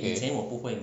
okay